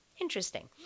interesting